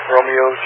Romeo